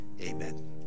Amen